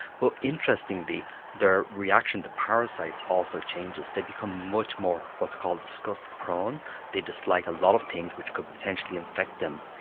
but interestingly their reaction to parasites also changes, they become much more what's called disgust prone they dislike a lot of things which could potentially infect them.